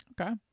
Okay